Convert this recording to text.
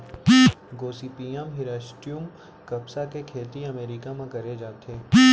Gossypium हिरस्यूटम कपसा के खेती अमेरिका म करे जाथे